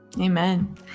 amen